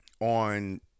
on